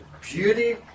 Beauty